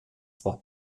zwar